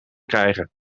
krijgen